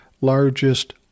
largest